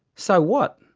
so what?